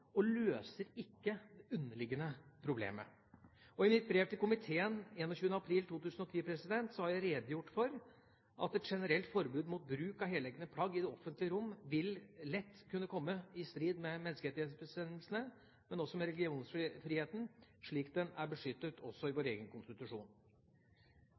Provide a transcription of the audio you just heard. og løser ikke det underliggende problemet. I mitt brev til komiteen 21. april har jeg redegjort for at et generelt forbud mot bruk av heldekkende plagg i det offentlige rom lett vil kunne komme i strid med menneskerettighetsbestemmelsene, men også med religionsfriheten slik den er beskyttet i